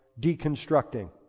deconstructing